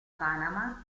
panama